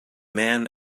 man